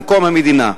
עם קום המדינה.